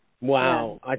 Wow